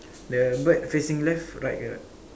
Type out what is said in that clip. the bird facing left right uh